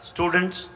Students